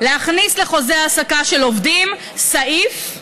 להכניס לחוזה ההעסקה של עובדים סעיף,